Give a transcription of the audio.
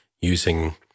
using